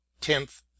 Tenth